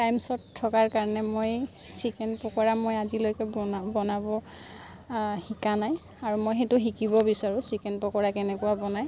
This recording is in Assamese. টাইম শ্ৱৰ্ট থকাৰ কাৰণে মই চিকেন পকৰা মই আজিলৈকে বনা বনাব শিকা নাই আৰু মই সেইটো শিকিব বিচাৰোঁ চিকেন পকৰা কেনেকুৱা বনায়